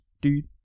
dude